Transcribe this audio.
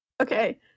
Okay